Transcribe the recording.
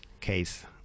case